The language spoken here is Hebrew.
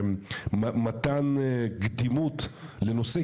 מתן קדימות לנושא,